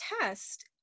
test